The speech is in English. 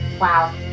Wow